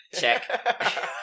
check